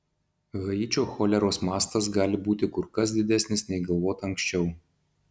haičio choleros mastas gali būti kur kas didesnis nei galvota anksčiau